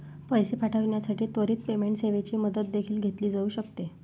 पैसे पाठविण्यासाठी त्वरित पेमेंट सेवेची मदत देखील घेतली जाऊ शकते